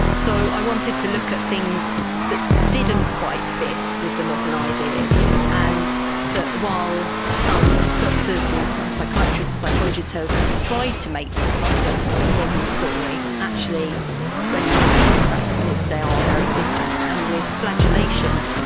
so i wanted to look at things that didn't quite fit with the modern ideas and that while some doctors and psychiatrists and psychologists have tried to make this part of the modern story, actually when you look at these practices they are very different. and with flagellation,